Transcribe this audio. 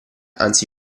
anzi